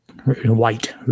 white